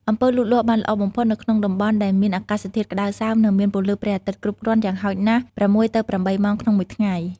អំពៅលូតលាស់បានល្អបំផុតនៅក្នុងតំបន់ដែលមាន អាកាសធាតុក្តៅសើម និងមាន ពន្លឺព្រះអាទិត្យគ្រប់គ្រាន់ យ៉ាងហោចណាស់ ៦ ទៅ ៨ ម៉ោងក្នុងមួយថ្ងៃ។